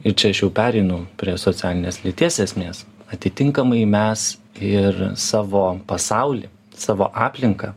ir čia aš jau pereinu prie socialinės lyties esmės atitinkamai mes ir savo pasaulį savo aplinką